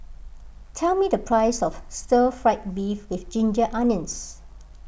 tell me the price of Stir Fried Beef with Ginger Onions